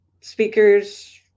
speakers